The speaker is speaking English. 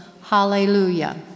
hallelujah